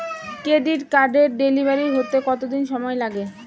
Credit কার্ডের delivery হতে কতদিন সময় লাগে?